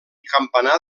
campanar